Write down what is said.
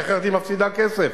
כי אחרת היא מפסידה כסף.